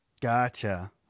gotcha